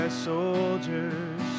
soldiers